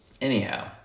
anyhow